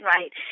Right